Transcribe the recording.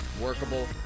workable